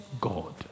God